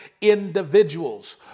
individuals